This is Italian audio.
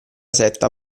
setta